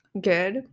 good